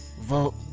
vote